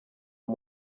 uwo